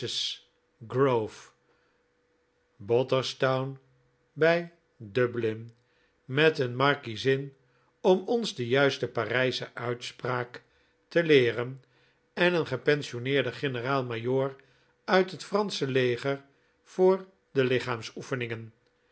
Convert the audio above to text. grove booterstown bij dublin met een markiezin om ons de juiste parijsche uitspraak te leeren en een gepensionneerden generaal-majoor uit het fransche leger voor de